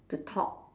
to talk